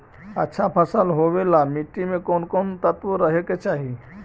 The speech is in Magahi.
अच्छा फसल होबे ल मट्टी में कोन कोन तत्त्व रहे के चाही?